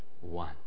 one